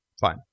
fine